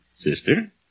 Sister